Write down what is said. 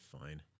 Fine